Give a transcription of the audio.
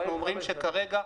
אנחנו אומרים שכרגע,